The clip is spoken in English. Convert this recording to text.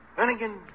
Finnegan